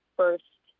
first